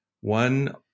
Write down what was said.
One